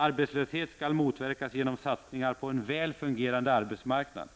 Arbetslöshet skall motverkas genom satsningar på en väl fungerande arbetsmarknad,